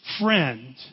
friend